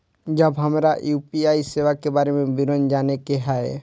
जब हमरा यू.पी.आई सेवा के बारे में विवरण जाने के हाय?